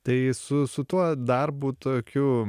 tai su su tuo darbu tokiu